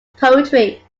poetry